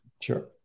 Sure